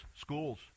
Schools